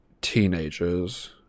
teenagers